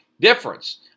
difference